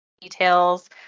details